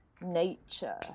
nature